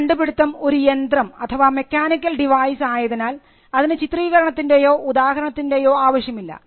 ഈ കണ്ടുപിടുത്തം ഒരു യന്ത്രം മെക്കാനിക്കൽ ഡിവൈസ് ആയതിനാൽ അതിന് ചിത്രീകരണത്തിൻറെയോ ഉദാഹരണത്തിൻറെയോ ആവശ്യമില്ല